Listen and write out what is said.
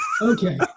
Okay